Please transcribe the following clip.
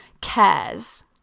cares